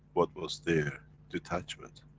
what was their detachment.